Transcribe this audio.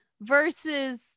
versus